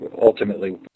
ultimately